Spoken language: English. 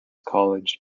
college